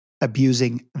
abusing